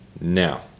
Now